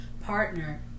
partner